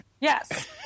Yes